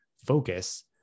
focus